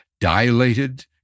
dilated